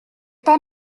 pas